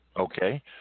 Okay